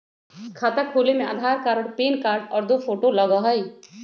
खाता खोले में आधार कार्ड और पेन कार्ड और दो फोटो लगहई?